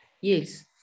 Yes